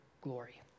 glory